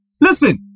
listen